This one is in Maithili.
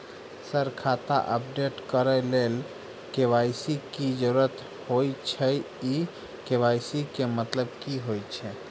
सर खाता अपडेट करऽ लेल के.वाई.सी की जरुरत होइ छैय इ के.वाई.सी केँ मतलब की होइ छैय?